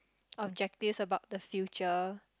objectives about the future